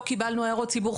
לא קיבלנו הערות ציבור,